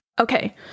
okay